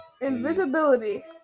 Invisibility